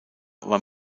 war